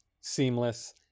seamless